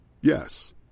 Yes